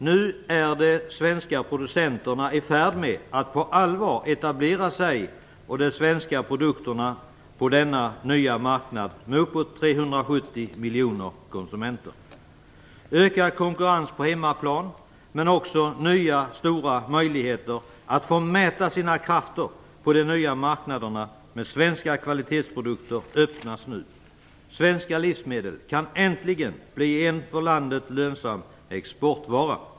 Nu är de svenska producenterna i färd med att på allvar etablera sig och de svenska produkterna på denna nya marknad med uppåt 370 miljoner konsumenter. Detta innebär en ökad konkurrens på hemmaplan, men också att det nu öppnas nya stora möjligheter att få mäta sina krafter på de nya marknaderna med svenska kvalitetsprodukter. Svenska livsmedel kan äntligen bli en för landet lönsam exportvara.